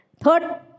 Third